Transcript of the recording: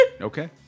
Okay